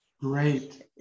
Great